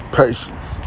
patience